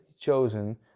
chosen